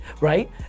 right